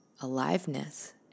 aliveness